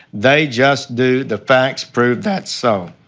they just do. the facts prove that so.